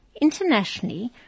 internationally